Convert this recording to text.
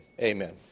Amen